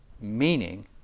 meaning